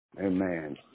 Amen